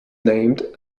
named